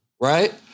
Right